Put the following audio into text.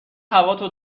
هواتو